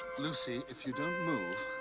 lucy, if you don't move,